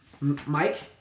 Mike